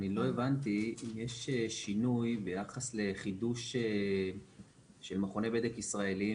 אני לא הבנתי אם יש שינוי ביחס לחידוש של מכוני בדק ישראליים